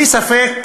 בלי ספק